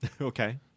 Okay